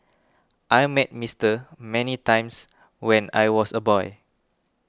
I met Mister many times when I was a boy